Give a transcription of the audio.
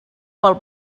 pel